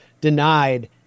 denied